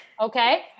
Okay